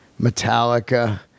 Metallica